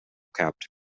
capped